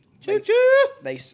Choo-choo